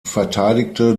verteidigte